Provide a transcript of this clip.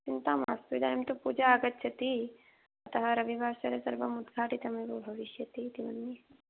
चिन्ता मास्तु इदानीं तु पूजा आगच्छति अतः रविवासरे सर्वम् उद्घाटितम् एव भविष्यति इति मन्ये